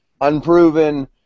Unproven